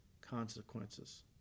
consequences